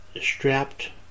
strapped